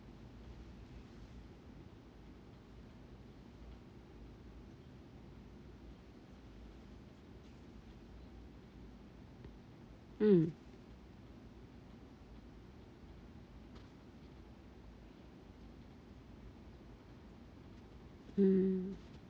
mm mm